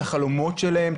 את החלומות שלהם,